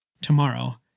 Tomorrow